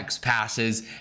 passes